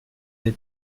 êtes